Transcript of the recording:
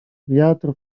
wiatr